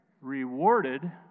rewarded